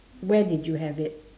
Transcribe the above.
where did you have it